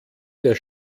der